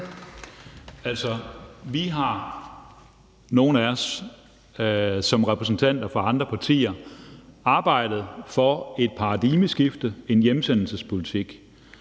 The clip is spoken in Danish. Altså, nogle af os har som repræsentanter for andre partier arbejdet for et paradigmeskifte, en hjemsendelsespolitik,